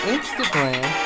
Instagram